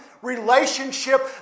relationship